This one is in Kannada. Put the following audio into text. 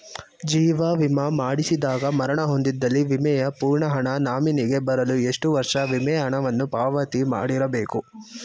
ಜೀವ ವಿಮಾ ಮಾಡಿಸಿದಾಗ ಮರಣ ಹೊಂದಿದ್ದಲ್ಲಿ ವಿಮೆಯ ಪೂರ್ಣ ಹಣ ನಾಮಿನಿಗೆ ಬರಲು ಎಷ್ಟು ವರ್ಷ ವಿಮೆ ಹಣವನ್ನು ಪಾವತಿ ಮಾಡಿರಬೇಕು?